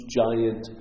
giant